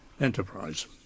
enterprise